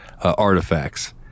Artifacts